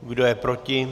Kdo je proti?